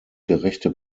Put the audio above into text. gerechte